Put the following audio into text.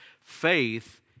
Faith